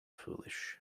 foolish